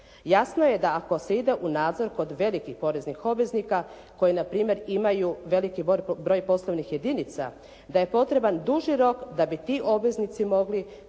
Jasno je da ako se ide u nadzor kod velikih poreznih obveznika koji na primjer imaju veliki broj poslovnih jedinica da je potreban duži rok da bi ti obveznici mogli